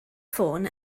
ffôn